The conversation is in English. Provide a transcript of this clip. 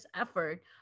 effort